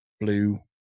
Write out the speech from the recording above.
Blue